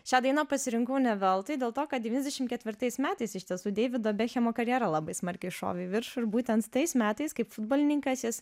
šią dainą pasirinkau ne veltui dėl to kad devyniasdešim ketvirtais metais iš tiesų deivido bekhemo karjera labai smarkiai šovė į viršų ir būtent tais metais kaip futbolininkas jis